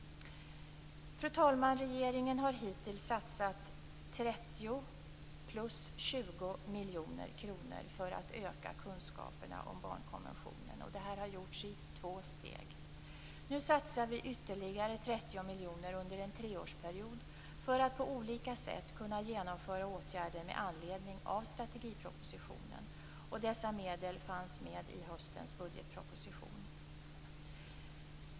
Fru talman! Regeringen har hittills satsat 30 plus 20 miljoner kronor för att öka kunskaperna om barnkonventionen. Det här har gjorts i två steg. Nu satsar vi ytterligare 30 miljoner under en treårsperiod för att på olika sätt kunna genomföra åtgärder med anledning av strategipropositionen. Dessa medel fanns med i höstens budgetproposition.